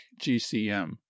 gcm